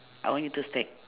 I want you to stack